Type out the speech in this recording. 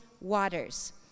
waters